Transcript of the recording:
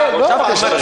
לא חובתי.